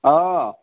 অ'